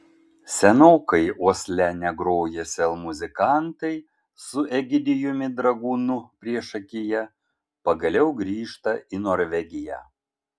senokai osle negroję sel muzikantai su egidijumi dragūnu priešakyje pagaliau grįžta į norvegiją